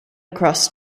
across